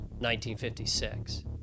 1956